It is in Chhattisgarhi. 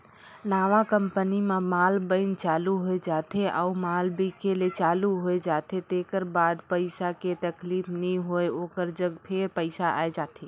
नवा कंपनी म माल बइन चालू हो जाथे अउ माल बिके ले चालू होए जाथे तेकर बाद पइसा के तकलीफ नी होय ओकर जग फेर पइसा आए जाथे